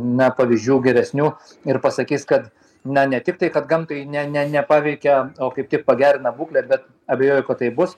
na pavyzdžių geresnių ir pasakys kad na ne tiktai kad gamtai ne ne nepaveikia o kaip tik pagerina būklę bet abejoju kad tai bus